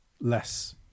less